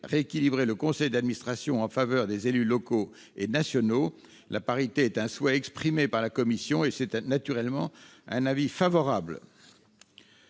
rééquilibrer le conseil d'administration en faveur des élus locaux et nationaux. La parité étant un souhait exprimé par la commission, c'est naturellement un avis favorable.